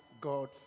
God